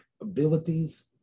abilities